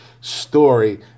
story